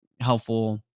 helpful